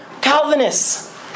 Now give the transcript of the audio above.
Calvinists